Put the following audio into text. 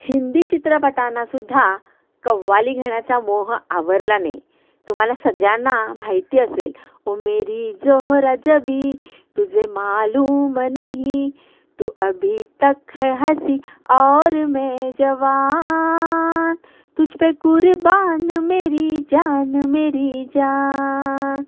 हिंदी चित्रपटांनासुद्धा कव्वाली घेण्याचा मोह आवरला नाही तुम्हाला सगळ्यांना माहिती असेल ओ मेरी जोहराजबी तुझे मालूम नही तू अभी तक है हसी और मै जवा तुझपे कुरबान मेरी जान मेरी जान